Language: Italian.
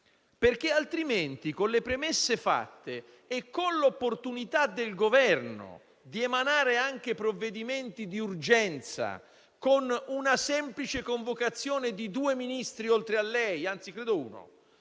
infatti con le premesse fatte e con l'opportunità del Governo di emanare anche provvedimenti di urgenza, con una semplice convocazione di due Ministri oltre a lei, anzi credo uno,